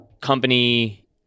company